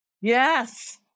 Yes